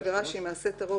אני מנסה להבין